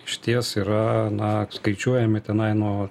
išties yra na skaičiuojami tenai nuo